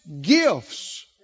Gifts